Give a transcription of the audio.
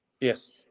yes